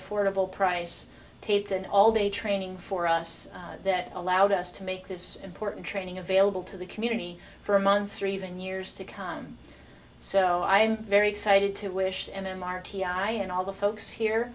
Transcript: affordable price taped an all day training for us that allowed us to make this important training available to the community for months or even years to come so i'm very excited to wish and them r t i and all the folks here